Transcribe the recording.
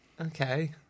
Okay